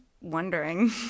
wondering